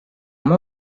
amb